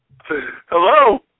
Hello